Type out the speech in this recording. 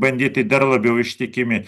banditai dar labiau ištikimi